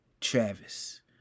Travis